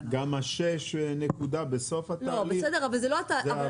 גם ה-6 בסוף התהליך זה